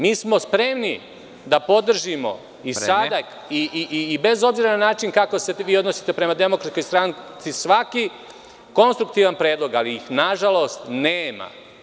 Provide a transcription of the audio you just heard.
Mi smo spremni da podržimo i sada, bez obzira na način kako se vi odnosite prema DS, svaki konstruktivan predlog, ali ih nažalost nema.